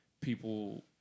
people